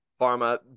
Pharma